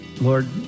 Lord